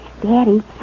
Daddy